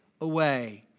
away